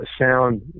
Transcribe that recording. sound